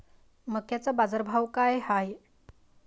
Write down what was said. मक्याचा बाजारभाव काय हाय?